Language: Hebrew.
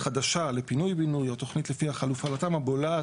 חדשה ל פינוי-בינוי או תוכנית לפי החלופה לתמ"א בולעת